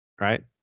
right